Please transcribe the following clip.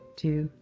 two,